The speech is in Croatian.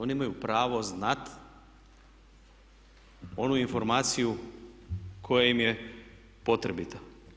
Oni imaju pravo znati onu informaciju koja im je potrebita.